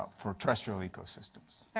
for terrestrial ecosystems.